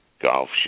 golf